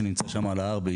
שנמצא שם על ההר.